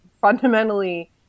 fundamentally